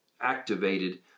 activated